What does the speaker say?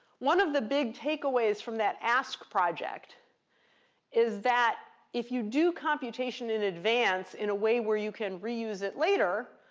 one of the big takeaways from that asc project is that if you do computation in advance in a way where you can reuse it later,